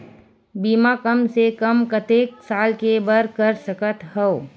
बीमा कम से कम कतेक साल के बर कर सकत हव?